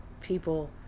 people